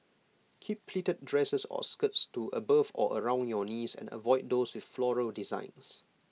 keep pleated dresses or skirts to above or around your knees and avoid those with floral designs